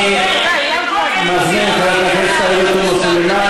אני מזמין את חברת הכנסת עאידה תומא סלימאן.